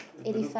Bedok